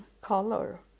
color